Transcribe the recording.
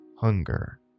hunger